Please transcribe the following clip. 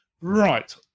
Right